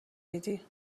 میدی